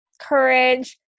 courage